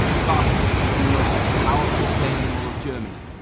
fastest and most powerful plane in all of germany.